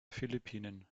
philippinen